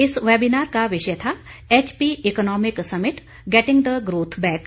इस वेबिनार का विषय था HP economic summit getting the growth back